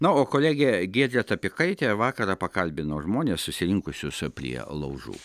na o kolegė giedrė trapikaitė vakarą pakalbino žmones susirinkusius prie laužų